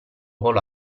volò